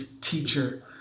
teacher